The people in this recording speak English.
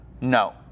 No